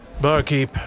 Barkeep